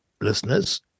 listeners